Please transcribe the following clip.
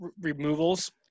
removals